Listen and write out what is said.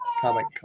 Comic